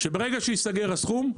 שברגע שייסגר הסכום,